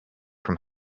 from